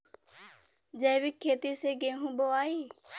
जैविक खेती से गेहूँ बोवाई